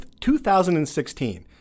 2016